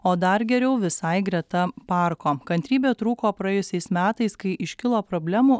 o dar geriau visai greta parko kantrybė trūko praėjusiais metais kai iškilo problemų